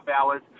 hours